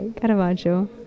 Caravaggio